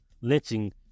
lynching